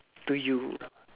to you